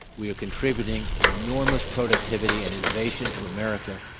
we are contributing enormous productivity and innovation to america.